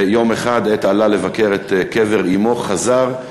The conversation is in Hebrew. ויום אחד, עת עלה לבקר את קבר אמו, חזר,